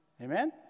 Amen